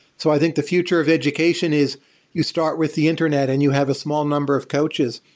so i think the future of education is you start with the internet and you have a small number of coaches,